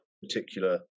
particular